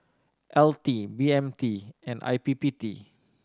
L T B M T and I P P T